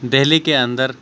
دہلی کے اندر